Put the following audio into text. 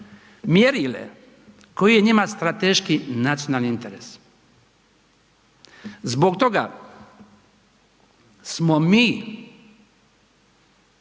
mjerile koji je njima strateški nacionalni interes. Zbog toga smo mi